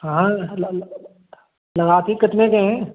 हाँ हाँ लगाते कितने के हैं